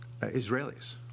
Israelis